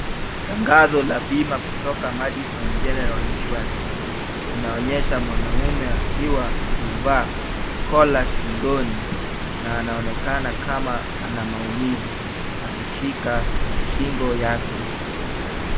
Tangazo la bima kutoka Madison general insurance . Linaonyesha mwanaume akiwa amevaa kola shingoni na anaonekana kama ana maumivu akishika shingo yake.